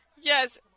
yes